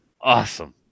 Awesome